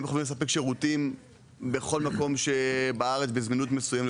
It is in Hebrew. והם מחויבים לספק שירותים בכל מקום בארץ בזמינות מסוימת,